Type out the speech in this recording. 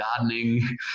gardening